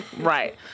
Right